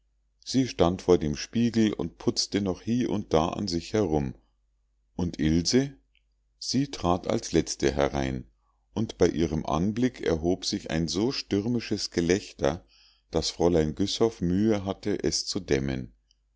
sie stand vor dem spiegel und putzte noch hie und da an sich herum und ilse sie trat als letzte herein und bei ihrem anblick erhob sich ein so stürmisches gelächter daß fräulein güssow mühe hatte es zu dämmen